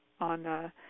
On